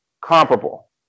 comparable